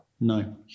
No